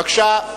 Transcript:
בבקשה.